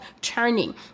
turning